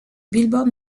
billboard